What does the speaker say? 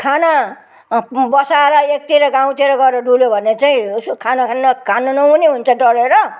खाना बसाएर एकतिर गाउँतिर गएर डुल्यो भने चाहिँ उसको खाना खानु खान नहुने हुन्छ डढेर